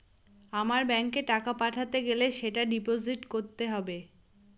আমার ব্যাঙ্কে টাকা পাঠাতে গেলে সেটা ডিপোজিট করতে হবে